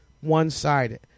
one-sided